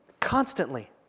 constantly